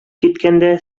киткәндә